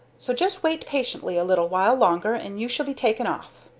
so, just wait patiently a little while longer and you shall be taken off.